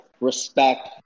respect